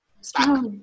stop